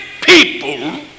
people